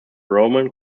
roman